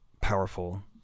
powerful